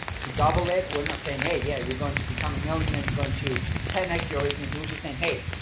to double it. we're not saying hey, yeah, you're going to become a millionaire, you're going to ten next, your agency which is saying, hey,